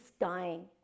dying